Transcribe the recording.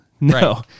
no